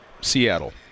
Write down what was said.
Seattle